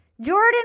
Jordan